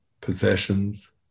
possessions